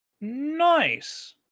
Nice